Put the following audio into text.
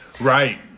Right